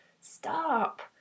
Stop